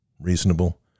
reasonable